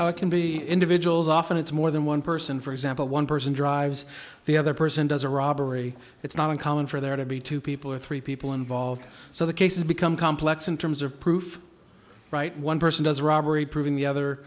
oh it can be individuals often it's more than one person for example one person drives the other person does a robbery it's not uncommon for there to be two people or three people involved so the cases become complex in terms of proof right one person does robbery proving the other